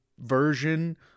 version